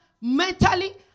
mentally